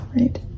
right